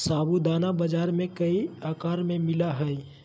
साबूदाना बाजार में कई आकार में मिला हइ